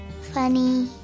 funny